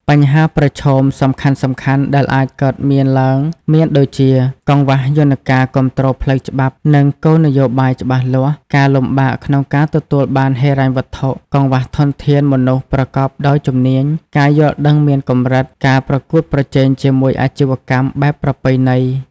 បញ្ហាប្រឈមសំខាន់ៗដែលអាចកើតមានឡើងមានដូចជា កង្វះយន្តការគាំទ្រផ្លូវច្បាប់ និងគោលនយោបាយច្បាស់លាស់ ការលំបាកក្នុងការទទួលបានហិរញ្ញវត្ថុ កង្វះធនធានមនុស្សប្រកបដោយជំនាញ ការយល់ដឹងមានកម្រិត ការប្រកួតប្រជែងជាមួយអាជីវកម្មបែបប្រពៃណី ។